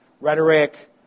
Rhetoric